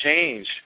change